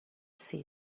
see